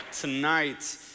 tonight